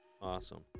Awesome